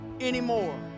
Anymore